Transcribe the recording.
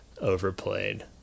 overplayed